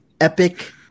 epic